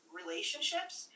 relationships